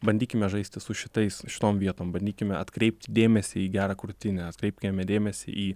bandykime žaisti su šitais šitom vietom bandykime atkreipti dėmesį į gerą krūtinę atkreipkime dėmesį į